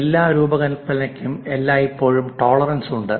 എല്ലാ രൂപകൽപ്പനയ്ക്കും എല്ലായ്പ്പോഴും ടോളറൻസ് ഉണ്ട്